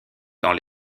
dans